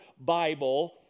Bible